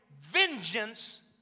vengeance